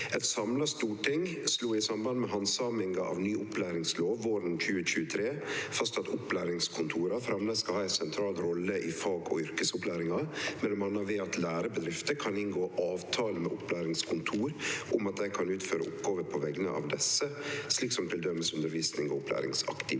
«Eit samla stor- ting slo i samband med handsaminga av ny opplæringslov våren 2023 fast at opplæringskontora framleis skal ha ei sentral rolle i fag- og yrkesopplæringa, mellom anna ved at lærebedrifter kan inngå avtaler med opplæringskontor om at dei kan utføre oppgåver på vegner av desse, slik som til dømes undervisning og opplæringsaktivitet.